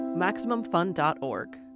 MaximumFun.org